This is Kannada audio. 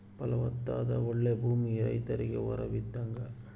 ಫಲವತ್ತಾದ ಓಳ್ಳೆ ಭೂಮಿ ರೈತರಿಗೆ ವರವಿದ್ದಂಗ